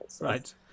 Right